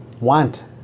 Want